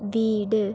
വീട്